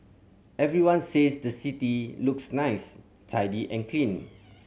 everyone says the city looks nice tidy and clean